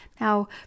Now